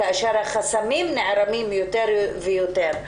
כאשר החסמים נערמים יותר ויותר.